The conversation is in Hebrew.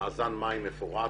מאזן מים מפורט.